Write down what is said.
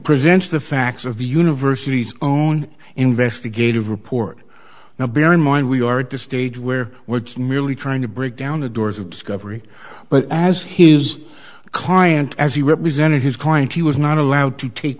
presents the facts of the university's own investigative report now bear in mind we are at the stage where we're just merely trying to break down the doors of discovery but as his client as he represented his client he was not allowed to take